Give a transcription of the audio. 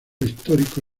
histórico